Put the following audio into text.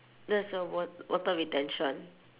that's the wa~ water retention